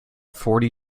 forty